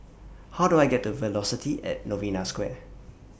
How Do I get to Velocity At Novena Square